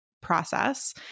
process